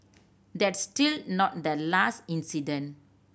that's still not the last incident